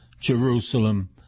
Jerusalem